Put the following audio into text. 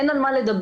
אין על מה לדבר,